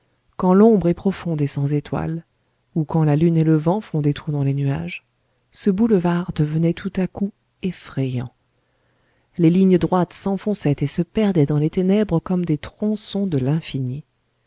quand l'ombre est profonde et sans étoiles ou quand la lune et le vent font des trous dans les nuages ce boulevard devenait tout à coup effrayant les lignes droites s'enfonçaient et se perdaient dans les ténèbres comme des tronçons de l'infini